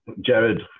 Jared